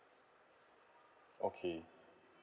okay